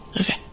Okay